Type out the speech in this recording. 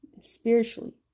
spiritually